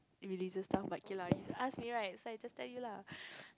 religious stuff but okay lah you ask me right so I just tell you lah